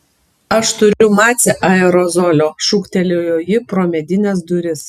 aš turiu mace aerozolio šūktelėjo ji pro medines duris